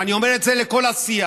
ואני אומר את זה לכל הסיעה: